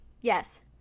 Yes